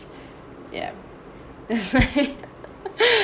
ya that why